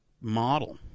model